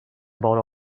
about